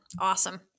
awesome